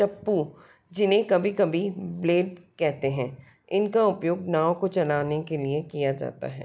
चप्पू जिन्हें कभी कभी ब्लेड कहते हैं इनका उपयोग नाव को चलाने के लिए किया जाता है